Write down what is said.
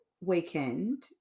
weekend